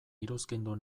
iruzkindu